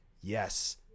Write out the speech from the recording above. yes